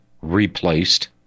replaced